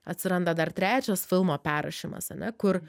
atsiranda dar trečias filmo perrašymas ane kur